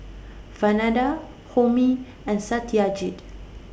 Vandana Homi and Satyajit